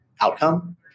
outcome